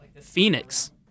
phoenix